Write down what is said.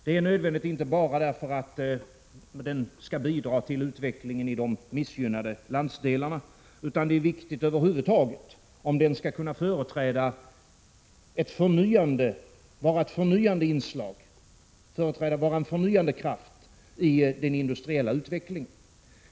Det är nödvändigt, inte bara för att den skall bidra till utvecklingen av de missgynnade landsdelarna, utan det är viktigt över huvud taget om den skall kunna vara en förnyande kraft i den industriella utvecklingen.